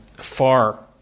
far